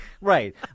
Right